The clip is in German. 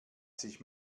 sich